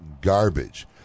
garbage